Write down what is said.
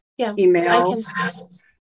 emails